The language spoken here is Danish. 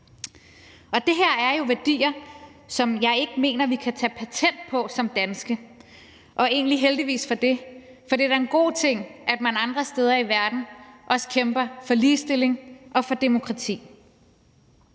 Og det her er jo værdier, som jeg ikke mener vi kan tage patent på som danske, og heldigvis for det, for det er da en god ting, at man andre steder i verden også kæmper for ligestilling og for demokrati.